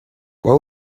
what